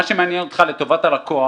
מה שמעניין אותך לטובת הלקוח